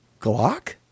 Glock